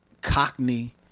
cockney